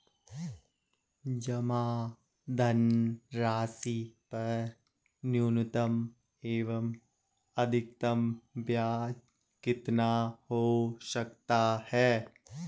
जमा धनराशि पर न्यूनतम एवं अधिकतम ब्याज कितना हो सकता है?